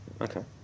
Okay